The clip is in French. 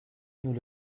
nous